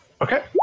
Okay